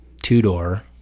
two-door